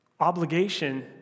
obligation